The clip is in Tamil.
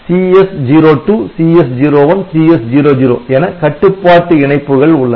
CS02 CS01 CS00 என கட்டுப்பாட்டு இணைப்புகள் உள்ளன